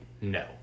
no